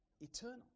eternal